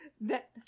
That-